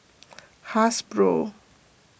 Hasbro